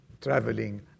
traveling